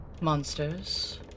Monsters